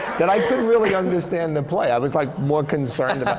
that i couldn't really understand the play. i was like, more concerned about